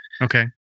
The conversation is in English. Okay